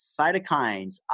cytokines